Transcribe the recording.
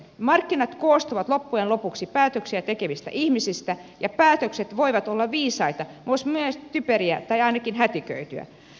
markkinat koostuvat loppujen lopuksi päätöksiä tekevistä ihmisistä ja päätökset voivat olla viisaita mutta myös typeriä tai ainakin hätiköityjä